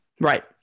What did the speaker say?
Right